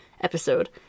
episode